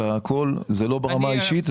זה לא ברמה האישית.